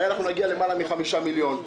הרי נגיע לסכום של יותר מ-5 מיליון שקלים.